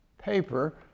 paper